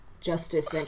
Justice